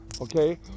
okay